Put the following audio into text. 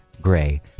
Gray